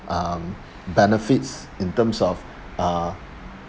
uh benefits in terms of uh